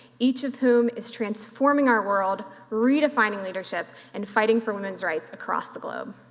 each of whom is transforming our world, redefining leadership and fighting for women's rights across the globe.